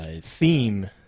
theme